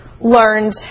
learned